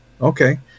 Okay